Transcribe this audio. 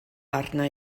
arna